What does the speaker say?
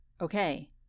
okay